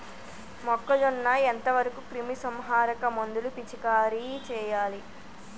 మొక్కజొన్న ఎంత వరకు క్రిమిసంహారక మందులు పిచికారీ చేయాలి?